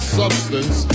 substance